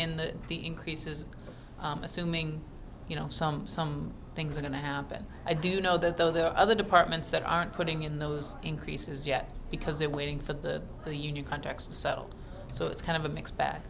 in the increases assuming you know some some things are going to happen i do know that though there are other departments that aren't putting in those increases yet because they're waiting for the the union contracts settled so it's kind of a mixed bag